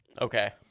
Okay